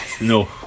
No